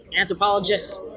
anthropologist's